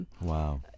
Wow